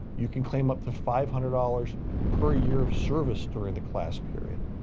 you can claim up to five hundred dollars per year of service during the class period.